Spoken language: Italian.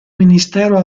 ministero